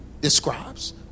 describes